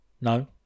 No